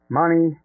money